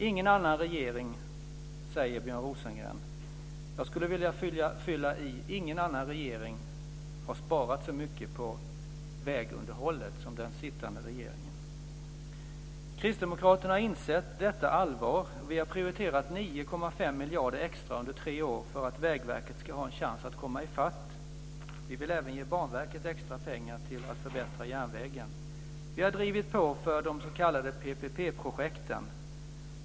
Ingen annan regering, säger Björn Rosengren. Jag skulle vilja lägga till att ingen annan regering har sparat så mycket på vägunderhållet som den sittande regeringen. Kristdemokraterna har insett detta allvar. Vi har prioriterat 9,5 miljarder extra under tre år för att Vägverket ska ha en chans att komma i fatt. Vi vill även ge Banverket extra pengar till att förbättra järnvägen. Vi har drivit på för de s.k. PPP-projekten.